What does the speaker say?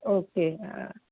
okay